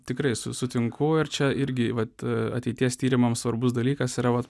tikrai su sutinku ar čia irgi vat ateities tyrimams svarbus dalykas yra vat